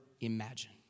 imagine